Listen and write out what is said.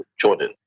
Jordan